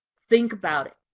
think about it.